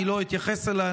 לא אתייחס אליה.